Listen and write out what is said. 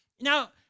now